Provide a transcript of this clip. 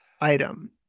item